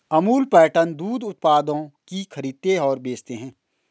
Amul pattern दूध उत्पादों की खरीदते और बेचते है